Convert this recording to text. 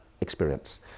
experience